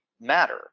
matter